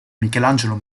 michelangelo